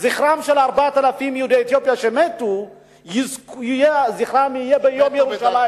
ציון זכרם של 4,000 יהודי אתיופיה שמתו יהיה ביום ירושלים,